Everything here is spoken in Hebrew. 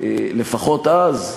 לפחות אז,